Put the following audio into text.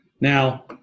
Now